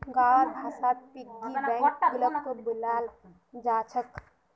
गाँउर भाषात पिग्गी बैंकक गुल्लको बोलाल जा छेक